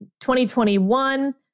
2021